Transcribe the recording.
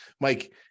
Mike